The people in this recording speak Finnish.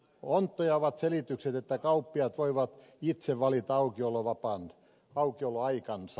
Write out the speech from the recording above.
onttoja ovat selitykset että kauppiaat voivat itse valita aukioloaikansa